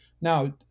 Now